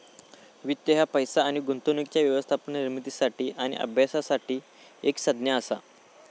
वित्त ह्या पैसो आणि गुंतवणुकीच्या व्यवस्थापन, निर्मिती आणि अभ्यासासाठी एक संज्ञा असा